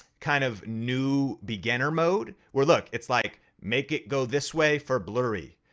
kind of new beginner mode, where look, it's like, make it go this way for blurry,